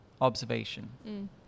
observation